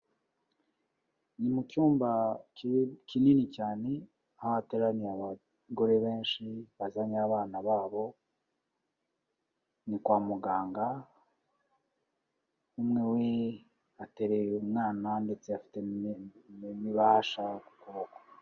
Ni mu cyumba kinini cyane aho hateraniye abagore benshi bazanye abana babo, ni kwa muganga umwe we ateruye umwana ndetse afite n'ibasha ku kuboko.